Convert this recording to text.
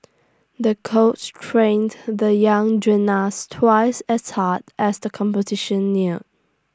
the coach trained the young gymnast twice as hard as the competition near